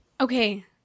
Okay